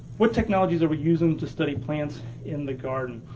what technologies are we using to study plants in the garden?